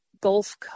Gulf